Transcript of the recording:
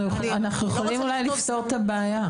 אנחנו אולי יכולים לפתור את הבעיה.